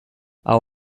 hau